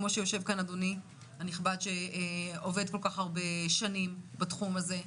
כמו שיושב כאן אדוני הנכבד שעובד כל כך הרבה שנים בתחום הזה.